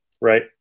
right